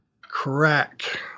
Crack